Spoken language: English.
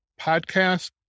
Podcast